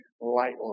lightly